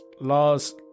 laws